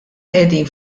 qegħdin